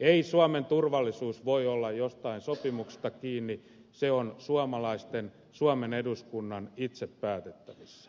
ei suomen turvallisuus voi olla jostain sopimuksesta kiinni se on suomalaisten suomen eduskunnan itse päätettävissä